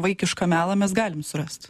vaikišką melą mes galim surast